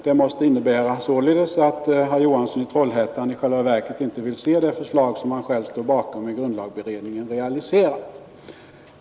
Det måste innebära att herr Johansson i Trollhättan i själva verket inte vill se det förslag som han själv står bakom I grundlagberedningen realiserat.